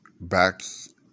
backs